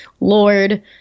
Lord